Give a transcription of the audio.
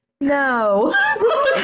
no